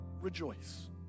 Rejoice